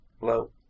Hello